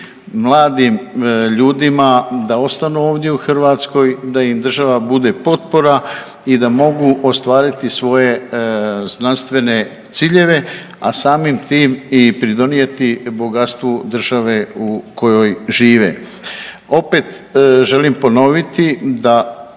mladim ljudima da ostanu ovdje u Hrvatskoj, da im država bude potpora i da mogu ostvariti svoje znanstvene ciljeve, a samim tim i pridonijeti bogatstvu države u kojoj žive. Opet želim ponoviti da